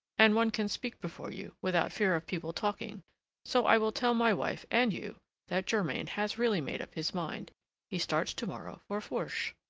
and one can speak before you without fear of people talking so i will tell my wife and you that germain has really made up his mind he starts to-morrow for fourche.